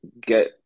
get